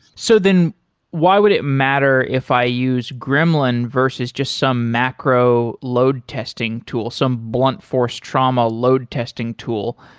so then why would it matter if i used gremlin versus just some macro load testing tool? some blunt force trauma load testing tool?